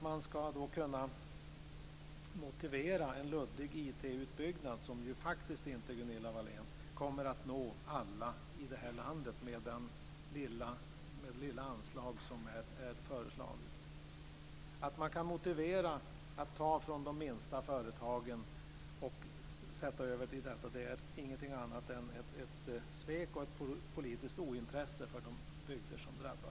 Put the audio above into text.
Man vill för att klara en luddig IT-utbyggnad - som faktiskt inte, Gunilla Wahlén, kommer att nå alla i vårt land, med det lilla anslag som är föreslaget - ta pengar från de minsta företagen. Det är inget annat än ett svek och ett politiskt ointresse för de bygder som drabbas.